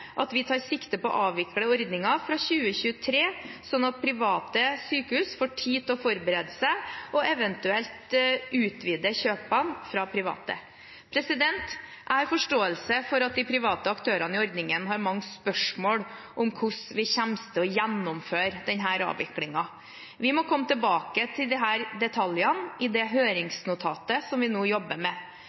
at vi tar sikte på å avvikle ordningen fra 2023, slik at de offentlige sykehusene får tid til å forberede seg og eventuelt utvide kjøpene fra private. Jeg har forståelse for at de private aktørene i ordningen har mange spørsmål om hvordan vi kommer til å gjennomføre denne avviklingen. Vi må komme tilbake til disse detaljene i det høringsnotatet vi nå jobber med.